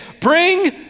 Bring